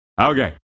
Okay